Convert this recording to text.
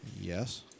yes